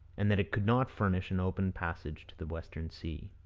and that it could not furnish an open passage to the western sea.